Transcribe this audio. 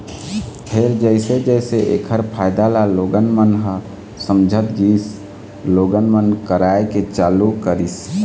फेर जइसे जइसे ऐखर फायदा ल लोगन मन ह समझत गिस लोगन मन कराए के चालू करिस